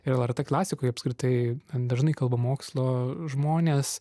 ir lrt klasikoj apskritai gan dažnai kalba mokslo žmones